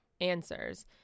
answers